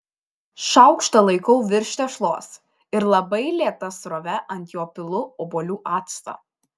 šaukštą laikau virš tešlos ir labai lėta srove ant jo pilu obuolių actą